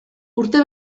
urte